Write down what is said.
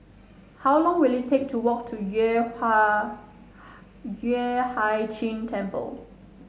how long will it take to walk to Yueh Ha Yueh Hai Ching Temple